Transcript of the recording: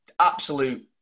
absolute